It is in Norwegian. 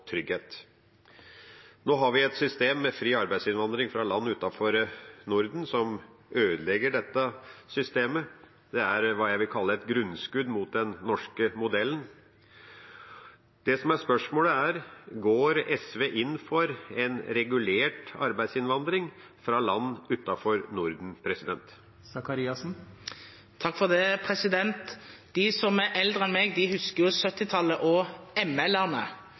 trygghet. Nå har vi et system med fri arbeidsinnvandring fra land utenfor Norden, noe som ødelegger dette systemet. Det er, hva jeg vil kalle, et grunnskudd mot den norske modellen. Det som er spørsmålet, er: Går SV inn for en regulert arbeidsinnvandring fra land utenfor Norden? De som er eldre enn meg, husker 1970-tallet og ml-erne, men nå har vi de